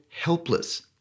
helpless